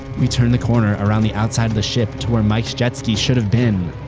we turned the corner around the outside of the ship to where mike's jetski should have been,